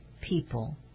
people